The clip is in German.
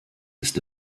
ist